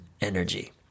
energy